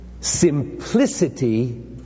simplicity